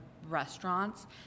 restaurants